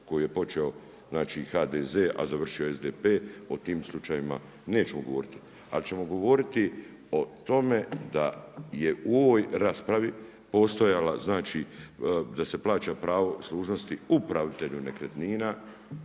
koju je počeo HDZ a završio SDP, o tom slučajevima nećemo govoriti. Ali ćemo govoriti o tome da je u ovoj raspravi postojala znači, da se plaća pravo služnosti upravitelju nekretnina,